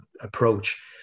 approach